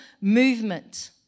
movement